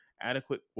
Adequate